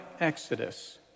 Exodus